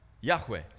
Yahweh